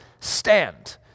stand